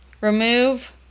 remove